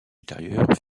ultérieure